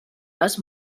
les